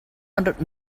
hundred